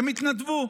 התנדבו.